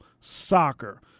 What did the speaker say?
soccer